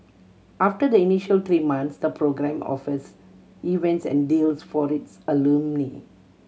after the initial three months the program offers events and deals for its alumni